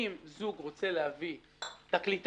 שאם זוג רוצה להביא תקליטן,